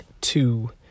two